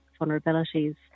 vulnerabilities